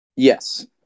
Yes